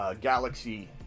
galaxy